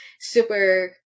super